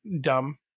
dumb